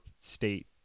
state